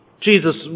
Jesus